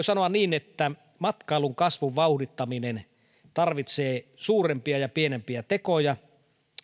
sanoa niin että matkailun kasvun vauhdittaminen tarvitsee suurempia ja pienempiä tekoja